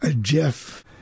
Jeff